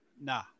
Nah